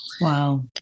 Wow